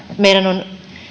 meidän on